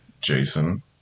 Jason